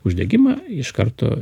uždegimą iš karto